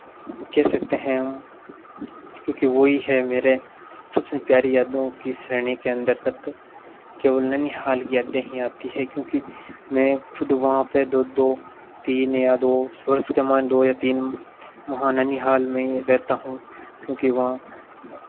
कह सकते हैं हम क्योंकि वो ही है मेरे सबसे प्यारी यादों की श्रेणी के अंदर तक केवल ननिहाल की यादें ही आती है क्योंकि मैं खुद वहाँ पे दो दो तीन या दो सोच के मान दो या तीन वहाँ ननिहाल में ही रहता हूँ क्योंकि वहाँ